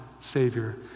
savior